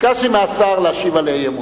ביקשתי מהשר להשיב על האי-אמון.